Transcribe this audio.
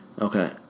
okay